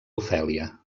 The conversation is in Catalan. ofèlia